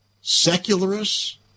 secularists